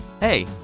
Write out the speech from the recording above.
Hey